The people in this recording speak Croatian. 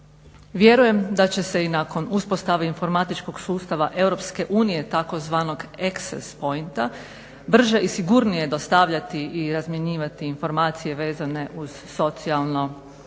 Vjerujem da će se i nakon uspostave informatičkog sustava EU tzv. access pointa brže i sigurnije dostavljati i razmjenjivati informacije vezane uz socijalno